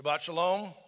Shalom